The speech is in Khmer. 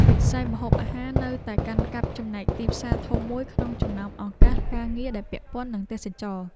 វិស័យម្ហូបអាហារនៅតែកាន់កាប់ចំណែកទីផ្សារធំមួយក្នុងចំណោមឱកាសការងារដែលពាក់ព័ន្ធនឹងទេសចរណ៍។